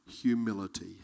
humility